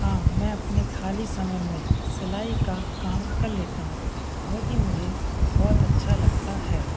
हाँ मैं अपने खाली समय में सिलाई का काम कर लेता हूँ जोकि मुझे बहुत अच्छा लगता है